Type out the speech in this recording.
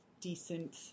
decent